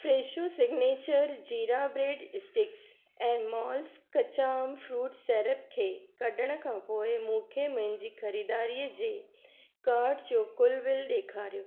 Fresho signature jeera bread sticks ऐं Mala's kacha aam fruit syrup खे कढण खां पोइ मूंखे मुंहिंजी ख़रीदारी जे कार्ट जो कुलु बिल ॾेखारियो